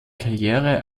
karriere